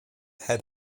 head